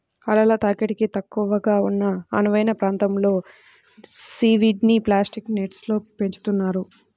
అలల తాకిడి తక్కువగా ఉన్న అనువైన ప్రాంతంలో సీవీడ్ని ప్లాస్టిక్ నెట్స్లో పెంచుతున్నారు